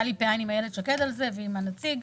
היתה לי עניין עם אילת שקד על זה ועם הנציג.